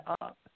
up